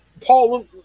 Paul